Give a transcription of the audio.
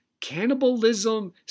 cannibalism